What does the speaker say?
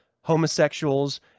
homosexuals